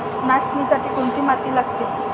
नाचणीसाठी कोणती माती लागते?